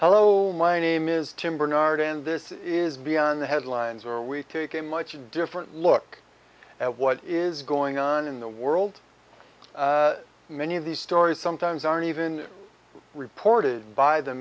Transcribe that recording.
hello my name is tim bernard and this is beyond the headlines or we take a much different look at what is going on in the world many of these stories sometimes aren't even reported by the